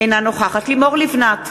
אינה נוכחת לימור לבנת,